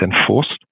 enforced